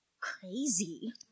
crazy